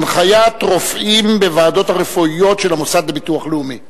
הנחיית רופאים בוועדות הרפואיות של המוסד לביטוח לאומי.